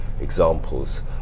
examples